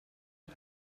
not